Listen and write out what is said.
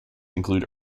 include